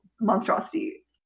monstrosity